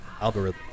algorithm